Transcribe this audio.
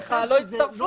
חבריך לא הצטרפו,